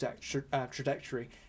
trajectory